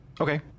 Okay